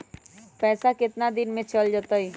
पैसा कितना दिन में चल जतई?